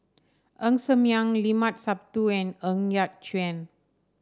Ng Ser Miang Limat Sabtu and Ng Yat Chuan